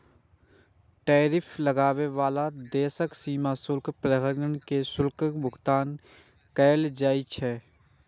tariff लगाबै बला देशक सीमा शुल्क प्राधिकरण कें शुल्कक भुगतान कैल जाइ छै